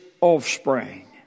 offspring